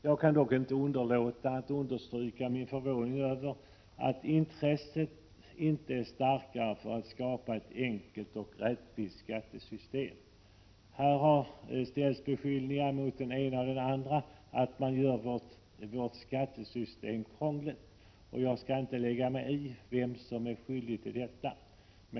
Jag kan dock inte underlåta att understryka min förvåning över att inte intresset är starkare för att skapa ett enkelt och rättvist skattesystem. Här har än den ene, än den andre beskyllts för att göra vårt skattesystem krångligt. Jag skall inte lägga mig i det.